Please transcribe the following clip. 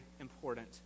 important